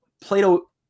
Plato